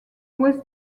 ouest